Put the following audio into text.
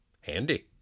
Handy